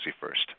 first